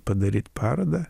padaryt parodą